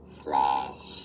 slash